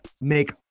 make